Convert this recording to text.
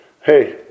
Hey